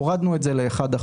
הורדנו את זה ל-1%.